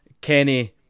Kenny